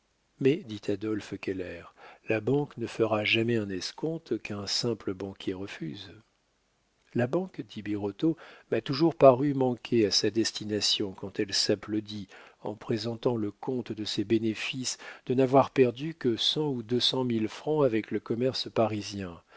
mais dit adolphe keller la banque ne fera jamais un escompte qu'un simple banquier refuse la banque dit birotteau m'a toujours paru manquer à sa destination quand elle s'applaudit en présentant le compte de ses bénéfices de n'avoir perdu que cent ou deux cent mille francs avec le commerce parisien